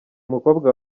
mukobwa